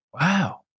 Wow